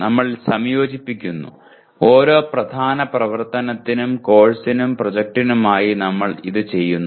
നമ്മൾ സംയോജിപ്പിക്കുന്നു ഓരോ പ്രധാന പ്രവർത്തനത്തിനും കോഴ്സിനും പ്രോജക്റ്റിനുമായി നമ്മൾ ഇത് ചെയ്യുന്നു